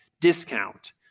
discount